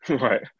Right